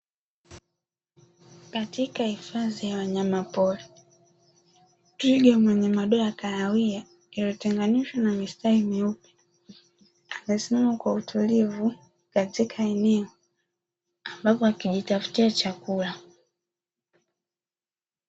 Katika hifadhi ya wanyamapori, twiga mwenye manyoya ya kahawia yaliyotenganishwa na mistari meupe, amesimama kwa utulivu katika eneo ambapo akijitafutia chakula.